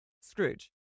Scrooge